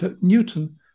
Newton